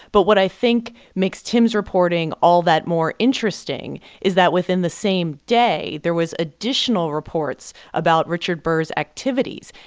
but what i think makes tim's reporting all that more interesting is that within the same day, there was additional reports about richard burr's activities,